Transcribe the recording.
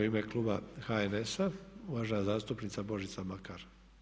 U ime Kluba HNS-a uvažena zastupnica Božica Makar.